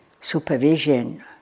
supervision